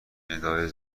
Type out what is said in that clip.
ندای